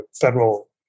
federal